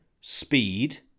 speed